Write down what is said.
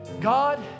God